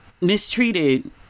mistreated